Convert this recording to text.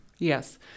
Yes